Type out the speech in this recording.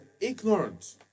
ignorant